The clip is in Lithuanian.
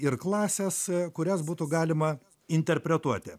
ir klasės kurias būtų galima interpretuoti